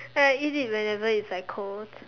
and I eat it whenever it's like cold